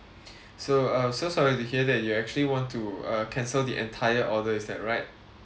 so I'm so sorry to hear that you actually want to uh cancel the entire order is that right